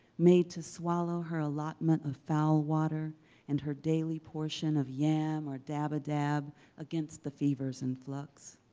made to swallow her allotment of foul water and her daily portion of yam or dab a dab against the fevers and flux.